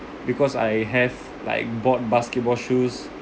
because I have like bought basketball shoes